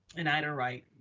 and ida wright,